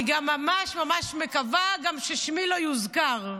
אני גם ממש ממש מקווה ששמי לא יוזכר,